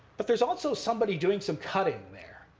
but there's also somebody doing some cutting there.